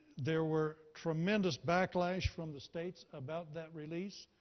there were tremendous backlash from the states about that release.